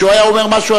וכשהוא היה אומר משהו,